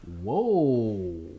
Whoa